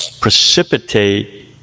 precipitate